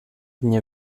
nie